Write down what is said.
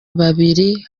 babiri